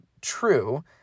true